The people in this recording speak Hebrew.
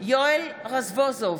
יואל רזבוזוב,